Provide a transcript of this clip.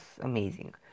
amazing